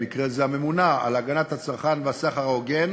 במקרה זה הממונָה על הגנת הצרכן והסחר ההוגן,